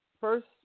first